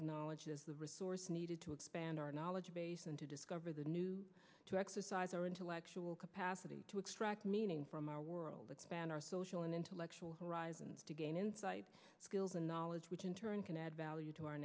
acknowledged as the resource needed to expand our knowledge base and to discover the new to exercise our intellectual capacity to extract meaning from our world expand our social and intellectual horizons to gain skills and knowledge which in turn can add value to our